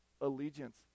allegiance